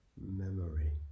memory